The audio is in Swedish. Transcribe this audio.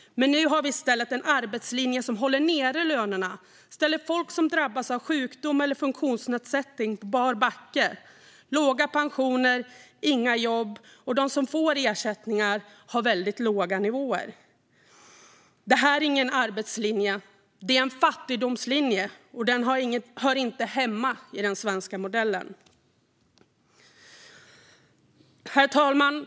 Men nu har vi i stället en arbetslinje som håller nere lönerna och ställer folk som drabbats av sjukdom eller funktionsnedsättning på bar backe. Pensionerna är låga. Det finns inga jobb, och de som får ersättningar har väldigt låga nivåer. Det här är ingen arbetslinje, utan det är en fattigdomslinje. Den hör inte hemma i den svenska modellen. Herr talman!